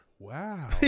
Wow